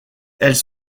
elles